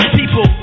people